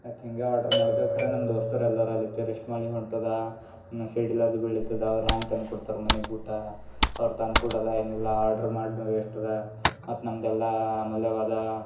ಆಯ್ತು ಹಿಂಗೆ ಆಡ್ರ್ ಮಾಡ್ದೆವು ಕರೆ ನಮ್ಮ ದೋಸ್ತರು ಎಲ್ಲಾರು ಅಲ್ಲಿತ್ತು ರೆಸ್ಟ್ ಮಾಡಿ ಹೊಂಟದ ಮ್ ಸಿಡಿಲು ಅದು ಬೀಳ್ತದೆ ಅವ್ರು ಹ್ಯಾಂಗೆ ತಂದ್ಕೊಡ್ತಾರೆ ಮನೆಗೆ ಊಟ ಅವ್ರು ತಂದ್ಕೊಡೋಲ್ಲ ಏನಿಲ್ಲ ಆಡ್ರ್ ಮಾಡಿದ್ದು ವೇಸ್ಟದ ಮತ್ತು ನಮ್ಮದೆಲ್ಲಾ ಅಮೂಲ್ಯವಾದ